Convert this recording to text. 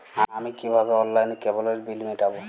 আমি কিভাবে অনলাইনে কেবলের বিল মেটাবো?